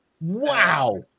wow